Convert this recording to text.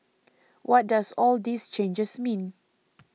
what does all these changes mean